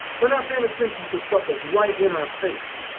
we're not paying attention to stuff that's right in our face.